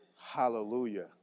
Hallelujah